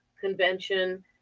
convention